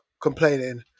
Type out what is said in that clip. complaining